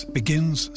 begins